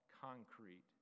concrete